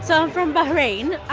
so from bahrain,